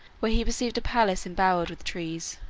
where he perceived a palace embowered with trees.